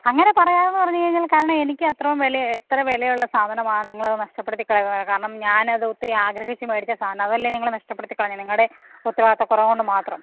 അങ്ങനെ പറയാമോയെന്നു പറഞ്ഞു കഴിഞ്ഞാൽ കാരണം എനിക്കത്രയും വില എത്ര വിലയുള്ള സാധനമാണ് നിങ്ങളത് നഷ്ടപ്പെടുത്തിക്കളയുകയാണ് കാരണം ഞാനത് ഒത്തിരി ആഗ്രഹിച്ചു മേടിച്ച സാധനമാണ് അതല്ലേ നിങ്ങൾ നഷ്ടപ്പെടുത്തിക്കളഞ്ഞത് നിങ്ങളുടെ ഉത്തരവാദിത്വക്കുറവു കൊണ്ടു മാത്രം